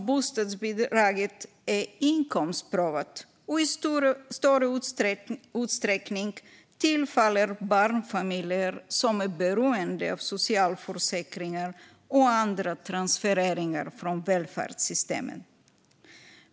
Bostadsbidraget är nämligen inkomstprövat och tillfaller i större utsträckning barnfamiljer som är beroende av socialförsäkringar och andra transfereringar från välfärdssystemen.